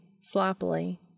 sloppily